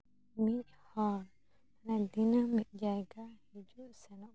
ᱩᱱᱤ ᱦᱚᱸ ᱫᱤᱱᱟᱹᱢ ᱢᱤᱫ ᱡᱟᱭᱜᱟᱭ ᱦᱤᱡᱩᱜ ᱥᱮᱱᱚᱜ ᱠᱟᱱᱟᱭ